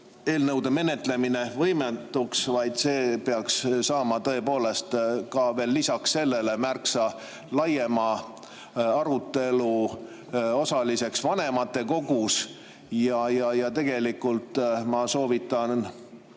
eelnõude menetlemine võimatuks, vaid see peaks saama tõepoolest ka veel lisaks märksa laiema arutelu osaliseks vanematekogus. Tegelikult ma soovitan